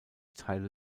teile